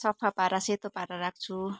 सफा पारेर सेतो पारेर राख्छु